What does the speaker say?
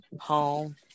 Home